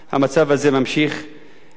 ואנחנו חשים אותו,